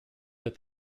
that